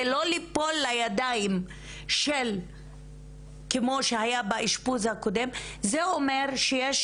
לא ליפול לידיים כמו שהיה באשפוז הקודם של קים - זה אומר שיש